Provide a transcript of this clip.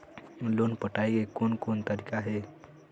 Loan पटाए के कोन कोन तरीका हे?